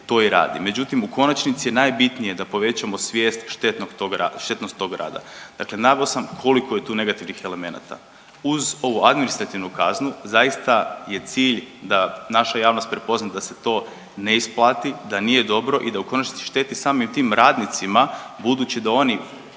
međutim u konačnici je najbitnije da povećamo svijest štetnog tog, štetnost tog rada, dakle naveo sam koliko je tu negativnih elemenata. Uz ovu administrativnu kaznu zaista je cilj da naša javnost prepozna da se to ne isplati, da nije dobro i da u konačnici šteti samim tim radnicima budući da oni